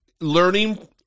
Learning